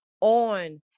On